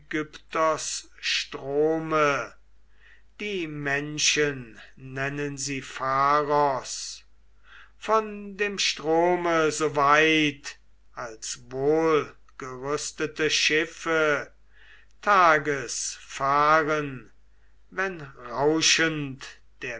strome die menschen nennen sie pharos von dem strome so weit als wohlgerüstete schiffe tages fahren wenn rauschend